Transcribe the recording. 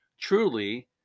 truly